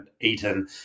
eaten